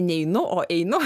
neinu o einu